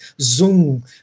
zoom